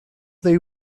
they